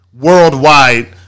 worldwide